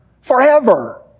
Forever